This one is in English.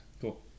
Cool